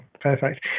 Perfect